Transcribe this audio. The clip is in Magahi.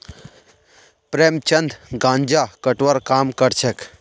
प्रेमचंद गांजा कटवार काम करछेक